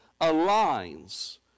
aligns